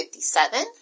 57